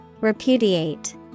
Repudiate